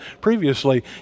previously